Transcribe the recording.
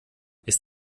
ist